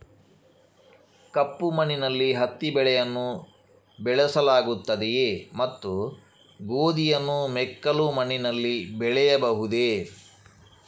ಕಪ್ಪು ಮಣ್ಣಿನಲ್ಲಿ ಹತ್ತಿ ಬೆಳೆಯನ್ನು ಬೆಳೆಸಲಾಗುತ್ತದೆಯೇ ಮತ್ತು ಗೋಧಿಯನ್ನು ಮೆಕ್ಕಲು ಮಣ್ಣಿನಲ್ಲಿ ಬೆಳೆಯಬಹುದೇ?